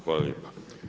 Hvala lijepa.